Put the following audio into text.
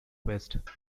west